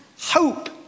hope